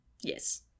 Yes